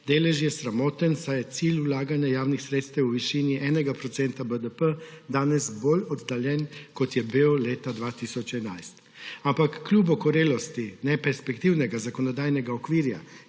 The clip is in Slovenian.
delež je sramoten, saj je cilj vlaganja javnih sredstev v višini enega procenta BDP danes bolj oddaljen, kot je bil leta 2011. Ampak kljub okorelosti neperspektivnega zakonodajnega okvirja